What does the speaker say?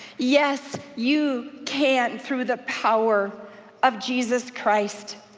yes you can through the power of jesus christ.